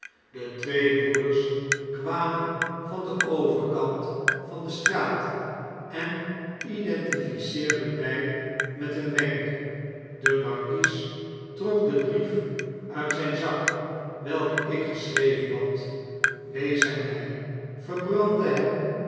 de twee broeders kwamen van den overkant van de straat en indentifieerden rajj met een wenk de markies trok den brief uit zgn zak welken ik geschreven had wees hem mjj verbrandde hem